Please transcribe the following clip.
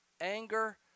anger